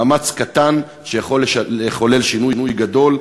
מאמץ קטן שיכול לחולל שינוי גדול,